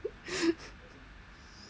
mm